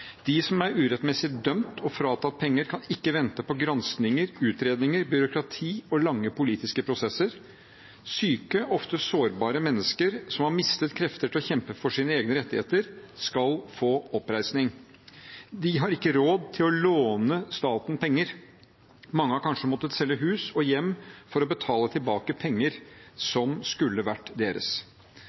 De som er urettmessig dømt og fratatt penger, kan ikke vente på granskinger, utredninger, byråkrati og lange politiske prosesser. Syke, ofte sårbare, mennesker som har mistet krefter til å kjempe for sine egne rettigheter, skal få oppreisning. De har ikke råd til å låne staten penger. Mange har kanskje måttet selge hus og hjem for å betale tilbake penger som skulle vært deres.